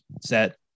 set